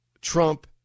Trump